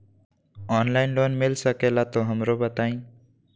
Online loan मिलता सके ला तो हमरो बताई?